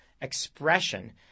expression